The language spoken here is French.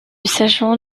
sachant